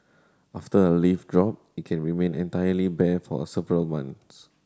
after a leaf drop it can remain entirely bare for a several months